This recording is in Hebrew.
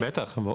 בטוח.